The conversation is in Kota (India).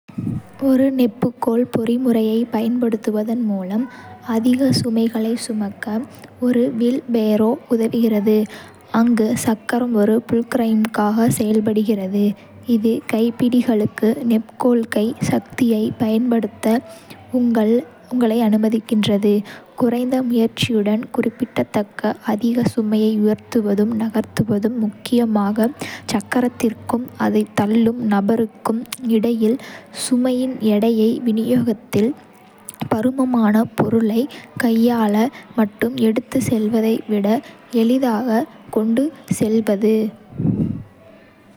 ஒரு நெம்புகோல் பொறிமுறையைப் பயன்படுத்துவதன் மூலம் அதிக சுமைகளைச் சுமக்க ஒரு வீல்பேரோ உதவுகிறது, அங்கு சக்கரம் ஒரு ஃபுல்க்ரமாக செயல்படுகிறது, இது கைப்பிடிகளுக்கு நெம்புகோல் கை சக்தியைப் பயன்படுத்த உங்களை அனுமதிக்கிறது. குறைந்த முயற்சியுடன் குறிப்பிடத்தக்க அதிக சுமையை உயர்த்தவும் நகர்த்தவும் முக்கியமாக சக்கரத்திற்கும் அதைத் தள்ளும் நபருக்கும் இடையில் சுமையின் எடையை விநியோகித்தல், பருமனான பொருட்களைக் கையால் மட்டும் எடுத்துச் செல்வதை விட எளிதாகக் கொண்டு செல்வது.